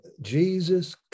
jesus